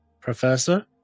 Professor